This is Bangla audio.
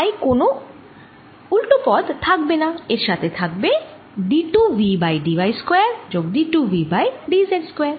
তাই কোন উল্টো পদ থাকবে না এর সাথে থাকবে d 2 V by dy square যোগ d 2 V by dz square